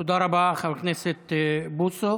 תודה רבה, חבר הכנסת בוסו,